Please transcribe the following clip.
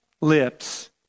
lips